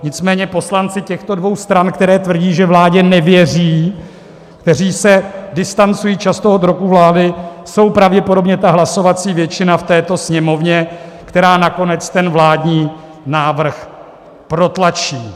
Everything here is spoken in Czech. Nicméně poslanci těchto dvou stran, které tvrdí, že vládě nevěří, které se distancují často od výroků vlády, jsou pravděpodobně ta hlasovací většina v této Sněmovně, která nakonec ten vládní návrh protlačí.